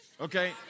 okay